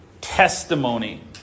testimony